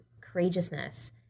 courageousness